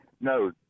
no